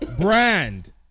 brand